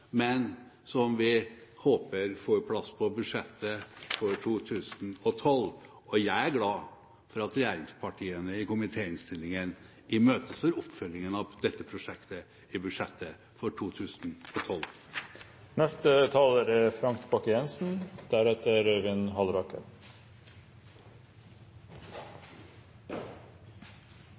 men som vi håper får plass på budsjettet for 2012. Jeg er glad for at regjeringspartiene i komitéinnstillingen imøteser oppfølgingen av dette prosjektet i budsjettet for 2012. Når det gjelder geografi og befolkningsvekst, er